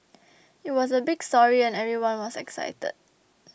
it was a big story and everyone was excited